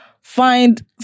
find